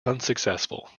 unsuccessful